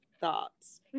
thoughts